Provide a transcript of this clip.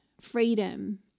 freedom